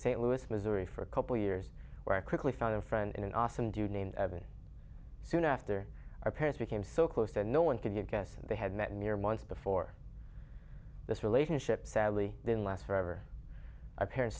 st louis missouri for a couple years where i quickly found a friend in an awesome dude named evan soon after our parents we came so close to no one can you guess they had met me or months before this relationship sadly didn't last forever i parents